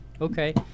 okay